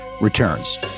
returns